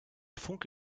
funke